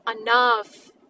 enough